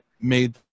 made